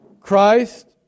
Christ